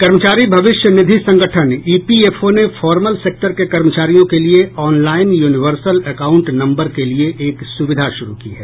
कर्मचारी भविष्य निधि संगठन ई पी एफ ओ ने फॉर्मल सेक्टर के कर्मचारियों के लिए ऑनलाइन यूनिवर्सल अकाउंट नम्बर के लिए एक सुविधा शुरू की है